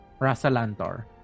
rasalantor